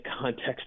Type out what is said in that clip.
context